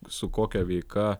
su kokia veika